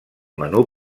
menú